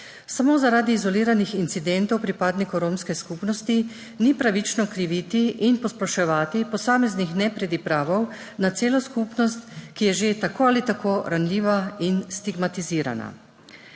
Samo zaradi izoliranih incidentov pripadnikov romske skupnosti ni pravično kriviti in posploševati posameznih nepridipravov na celo skupnost, ki je že tako ali tako ranljiva in stigmatizirana.